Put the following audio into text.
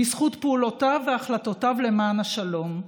בזכות פעולותיו והחלטותיו למען השלום.